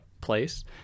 place